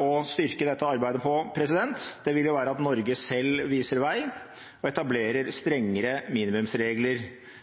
å styrke dette arbeidet på vil være at Norge selv viser vei og etablerer strengere minimumsregler